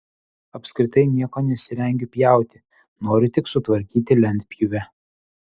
apskritai nieko nesirengiu pjauti noriu tik sutvarkyti lentpjūvę